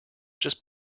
just